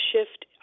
shift